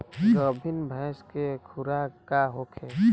गाभिन भैंस के खुराक का होखे?